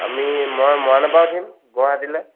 আমি মই মৰাণৰ পৰা উঠিম গুৱাহাটীলৈ